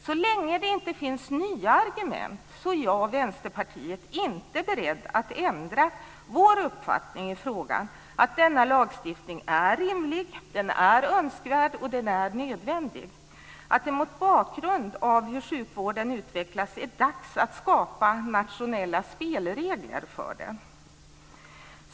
Så länge det inte finns nya argument är jag och Vänsterpartiet inte beredda att ändra vår uppfattning i frågan; att denna lagstiftning är rimlig, att den är önskvärd och nödvändig och att det mot bakgrund av hur sjukvården utvecklas är dags att skapa nationella spelregler för den.